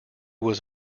was